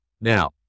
Now